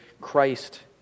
Christ